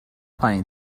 پایین